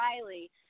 Riley